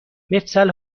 مفصل